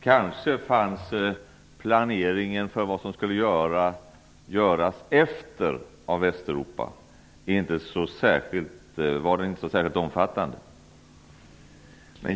Kanske var planeringen för vad som skulle göras av Västeuropa därefter inte så särskilt omfattande.